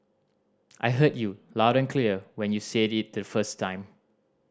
I heard you loud and clear when you said it the first time